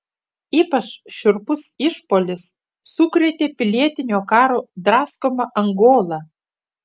ypač šiurpus išpuolis sukrėtė pilietinio karo draskomą angolą